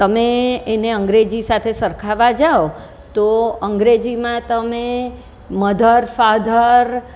તમે એને અંગ્રેજી સાથે સરખાવવા જાઓ તો અંગ્રેજીમાં તમે મધર ફાધર